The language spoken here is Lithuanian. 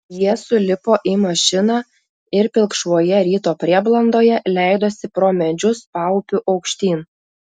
jie sulipo į mašiną ir pilkšvoje ryto prieblandoje leidosi pro medžius paupiu aukštyn